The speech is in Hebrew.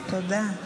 תודה.